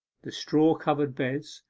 the straw-covered beds,